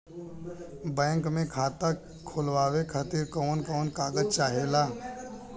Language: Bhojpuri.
बैंक मे खाता खोलवावे खातिर कवन कवन कागज चाहेला?